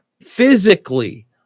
physically